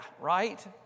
right